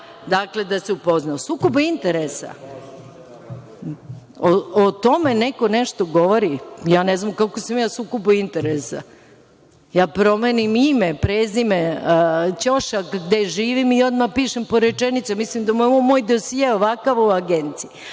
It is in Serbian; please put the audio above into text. vremena da se upozna.O sukobu interesa, o tome neko nešto govori? Ne znam kako sam ja u sukobu interesa? Ja promenim ime, prezime, ćošak gde živim i odmah pišem po rečenicu. Mislim da je moj dosije ovakav u agenciji.